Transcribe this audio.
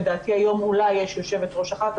לדעתי היום אולי יש יושבת-ראש אחת.